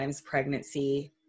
pregnancy